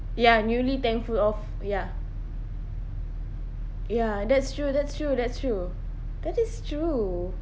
ya newly thankful of ya ya that's true that's true that's true that is true